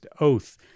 Oath